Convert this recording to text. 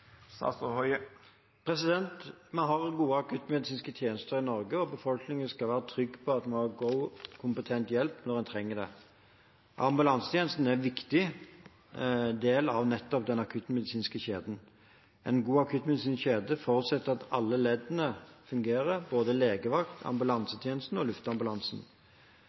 Vi har gode akuttmedisinske tjenester i Norge. Befolkningen skal være trygg på at de får kompetent hjelp når de trenger det. Ambulansetjenesten er en viktig del av den akuttmedisinske kjeden. En god akuttmedisinsk kjede forutsetter at alle leddene fungerer, både legevakten, ambulansetjenesten og luftambulansen.